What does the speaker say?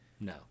No